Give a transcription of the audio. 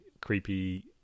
creepy